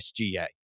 SGA